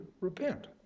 repent